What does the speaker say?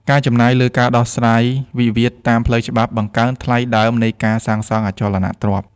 ការចំណាយលើការដោះស្រាយវិវាទតាមផ្លូវច្បាប់ បង្កើនថ្លៃដើមនៃការសាងសង់អចលនទ្រព្យ។